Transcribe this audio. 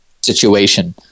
situation